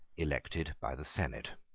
elected by the senate.